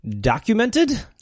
documented